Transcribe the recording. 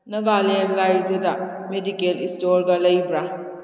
Nagaland raised medical ꯏꯁꯇꯣꯔꯒ ꯂꯩꯕ꯭ꯔꯥ